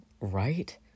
Right